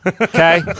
okay